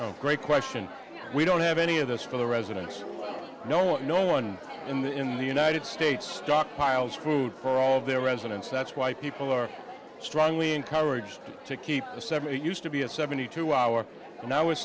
oh great question we don't have any of this for the residents no one no one in the in the united states stockpiles food for all their residents that's why people are strongly encouraged to keep a separate used to be a seventy two hour and i was